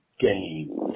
game